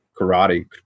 karate